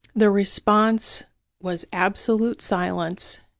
the response was absolute silence,